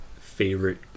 favorite